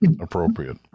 appropriate